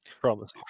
Promise